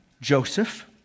Joseph